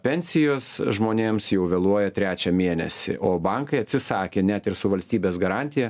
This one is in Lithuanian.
pensijos žmonėms jau vėluoja trečią mėnesį o bankai atsisakė net ir su valstybės garantija